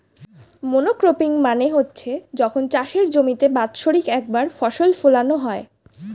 monocropping মানে হচ্ছে যখন চাষের জমিতে বাৎসরিক একবার ফসল ফোলানো হয়